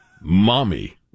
mommy